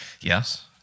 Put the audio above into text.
Yes